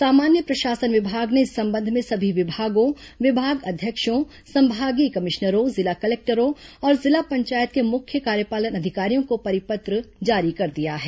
सामान्य प्रशासन विभाग ने इस संबंध में सभी विभागों विभागाध्यक्षों संभागीय कमिश्नरों जिला कलेक्टरों और जिला पंचायत के मुख्य कार्यपालन अधिकारियों को परिपत्र जारी कर दिया है